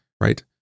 right